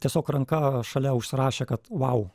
tiesiog ranka šalia užsirašė kad vau